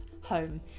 home